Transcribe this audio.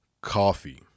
coffee